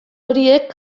horiek